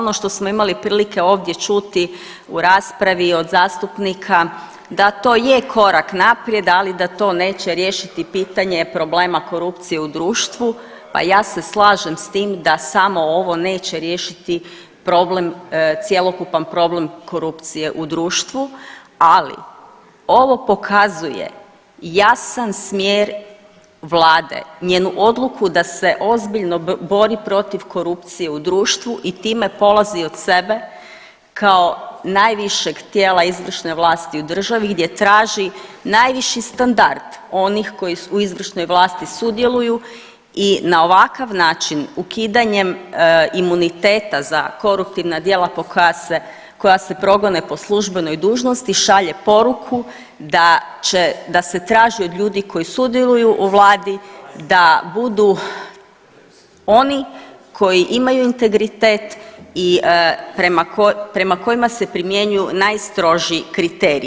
Ono što smo imali prilike ovdje čuti u raspravi od zastupnika da to je korak naprijed, ali da to neće riješiti pitanje problema korupcije u društvu, pa ja se slažem s tim da samo ovo neće riješiti problem, cjelokupan problem korupcije u društvu, ali ovo pokazuje jasan smjer vlade, njenu odluku da se ozbiljno bori protiv korupcije u društvu i time polazi od sebe kao najvišeg tijela izvršne vlasti u državi gdje traži najviši standard onih koji u izvršnoj vlasti sudjeluju i na ovakav način ukidanjem imuniteta za koruptivna dijela koja se, koja se progone po službenoj dužnosti šalje poruku da će, da se traži od ljudi koji sudjeluju u vladi da budu oni koji imaju integritet i prema kojima se primjenjuju najstrožiji kriteriji.